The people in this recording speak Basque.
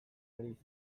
ari